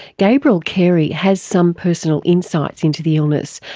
gabrielle carey has some personal insights into the illness,